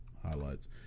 highlights